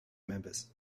members